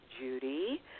Judy